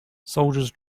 soldiers